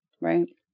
right